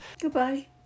Goodbye